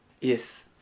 Yes